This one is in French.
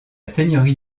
seigneurie